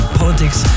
politics